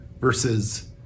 versus